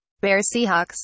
Bears-Seahawks